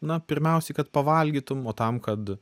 na pirmiausiai kad pavalgytum o tam kad